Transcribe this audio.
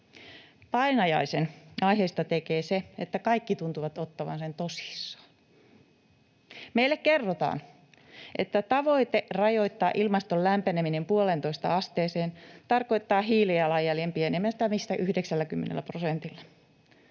Painajaisen aiheesta tekee se, että kaikki tuntuvat ottavan sen tosissaan. Meille kerrotaan, että tavoite rajoittaa ilmaston lämpeneminen 1,5 asteeseen tarkoittaa hiilijalanjäljen pienentämistä 90 prosentilla.